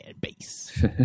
base